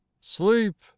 sleep